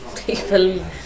people